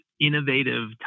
innovative